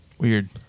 Weird